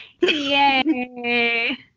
yay